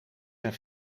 zijn